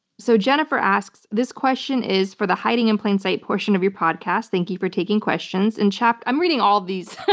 so jennifer asks, this question is for the hiding in plain sight portion of your podcast, thank you for taking questions. and i'm reading all of these,